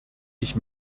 ich